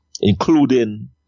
including